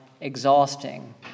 exhausting